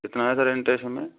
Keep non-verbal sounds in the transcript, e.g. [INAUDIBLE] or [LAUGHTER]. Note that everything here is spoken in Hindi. कितना सर इन्टरेष्ट [UNINTELLIGIBLE]